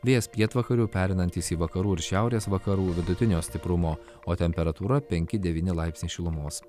vėjas pietvakarių pereinantis į vakarų ir šiaurės vakarų vidutinio stiprumo o temperatūra penki devyni laipsniai šilumos